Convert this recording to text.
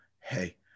hey